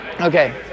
Okay